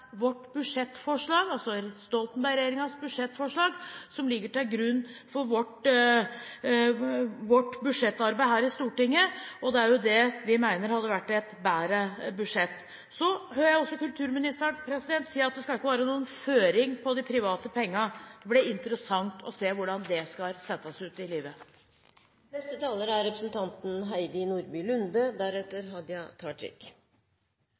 budsjettforslag som ligger til grunn for vårt budsjettarbeid her i Stortinget, og det er det vi mener hadde vært et bedre budsjett. Jeg hører også kulturministeren si at det ikke skal være noen føringer på de private pengene. Det blir interessant å se hvordan det skal settes ut i